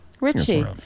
Richie